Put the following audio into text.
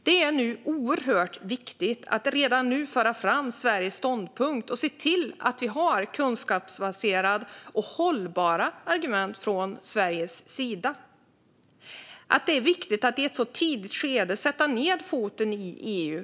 Det är oerhört viktigt att redan nu föra fram Sveriges ståndpunkt och se till att vi har kunskapsbaserade och hållbara argument från Sveriges sida. Det är viktigt att i ett tidigt skede sätta ned foten i EU.